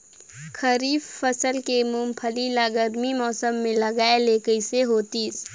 खरीफ फसल के मुंगफली ला गरमी मौसम मे लगाय ले कइसे होतिस?